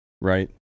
Right